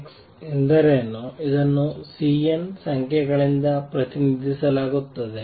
X ಎಂದರೇನು ಇದನ್ನು C n ಸಂಖ್ಯೆಗಳಿಂದ ಪ್ರತಿನಿಧಿಸಲಾಗುತ್ತದೆ